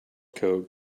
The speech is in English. code